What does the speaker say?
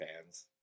fans